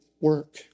work